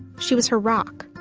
she was her rock.